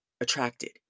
attracted